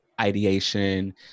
ideation